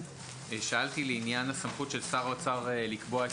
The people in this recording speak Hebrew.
שאלתי לעניין הסמכות של שר האוצר לקבוע את